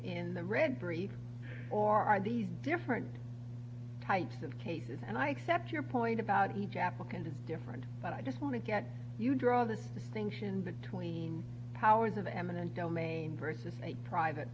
in the red brief or are these different types of cases and i accept your point about each applicant a different but i just want to get you draw the distinction between powers of eminent domain versus a private